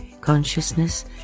consciousness